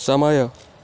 ସମୟ